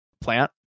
plant